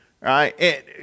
right